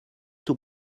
too